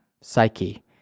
psyche